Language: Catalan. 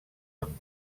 amb